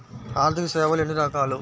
ఆర్థిక సేవలు ఎన్ని రకాలు?